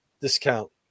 discount